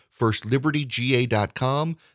FirstLibertyGA.com